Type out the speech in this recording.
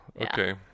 Okay